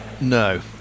no